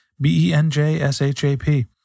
B-E-N-J-S-H-A-P